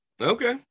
Okay